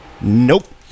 Nope